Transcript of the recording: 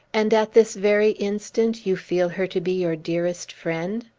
and at this very instant you feel her to be your dearest friend?